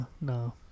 No